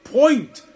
point